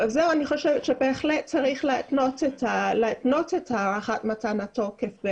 חושבת שבהחלט צריך להתנות את מתן התוקף.